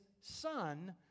son